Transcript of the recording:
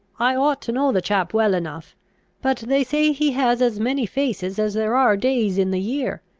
i ought to know the chap well enough but they say he has as many faces as there are days in the year.